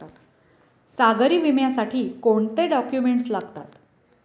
सागरी विम्यासाठी कोणते डॉक्युमेंट्स लागतात?